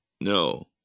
No